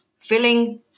filling